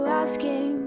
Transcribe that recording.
asking